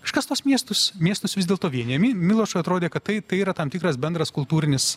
kažkas tuos miestus miestus vis dėlto vienija milošui atrodė kad tai tai yra tam tikras bendras kultūrinis